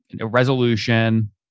resolution